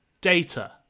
Data